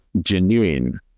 genuine